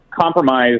compromise